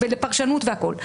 לפרשנות והכול,